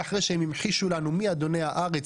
ואחרי שהם המחישו לנו מי אדוני הארץ,